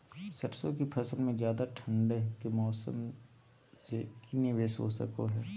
सरसों की फसल में ज्यादा ठंड के मौसम से की निवेस हो सको हय?